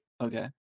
Okay